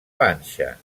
panxa